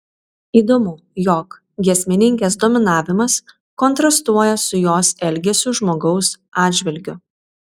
įdomu jog giesmininkės dominavimas kontrastuoja su jos elgesiu žmogaus atžvilgiu